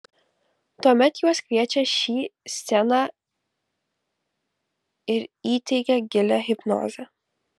tuomet juos kviečia šį sceną ir įteigia gilią hipnozę